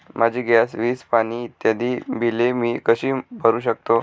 माझी गॅस, वीज, पाणी इत्यादि बिले मी कशी भरु शकतो?